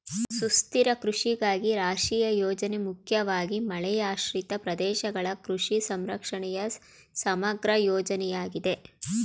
ಸುಸ್ಥಿರ ಕೃಷಿಗಾಗಿ ರಾಷ್ಟ್ರೀಯ ಯೋಜನೆ ಮುಖ್ಯವಾಗಿ ಮಳೆಯಾಶ್ರಿತ ಪ್ರದೇಶಗಳ ಕೃಷಿ ಸಂರಕ್ಷಣೆಯ ಸಮಗ್ರ ಯೋಜನೆಯಾಗಿದೆ